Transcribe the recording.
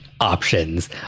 options